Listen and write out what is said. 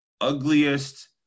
ugliest